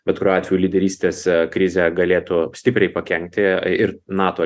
bet kuriuo atveju lyderystės krizę galėtų stipriai pakenkti ir nato